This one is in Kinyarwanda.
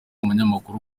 umunyamakuru